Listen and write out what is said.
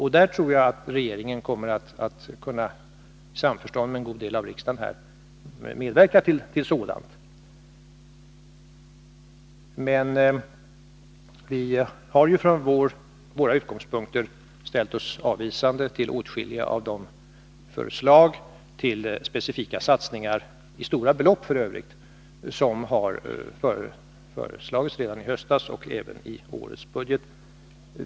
Detta tror jag att regeringen i samförstånd med en god del av riksdagen kommer att kunna medverka till. Från våra utgångspunkter har vi ställt oss avvisande till åtskilliga av de förslag till specifika satsningar — de gäller f. ö. stora belopp — som lämnades redan i höstas och som även tagits upp i årets budget.